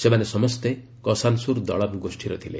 ସେମାନେ ସମସ୍ତେ କସାନସୁର ଦଳମ ଗୋଷ୍ଠୀର ଥିଲେ